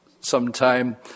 sometime